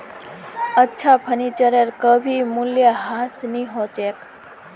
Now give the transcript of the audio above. अच्छा फर्नीचरेर कभी मूल्यह्रास नी हो छेक